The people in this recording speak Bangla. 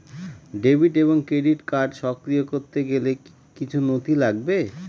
ডেবিট এবং ক্রেডিট কার্ড সক্রিয় করতে গেলে কিছু নথি লাগবে?